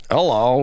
Hello